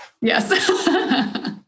Yes